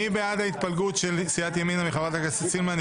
מי בעד ההתפלגות של סיעת ימינה מחברת הכנסת סילמן,